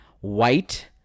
white